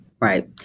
Right